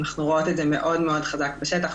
אנחנו רואות את זה מאוד מאוד חזק בשטח,